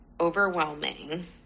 overwhelming